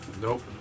nope